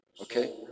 okay